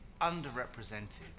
underrepresented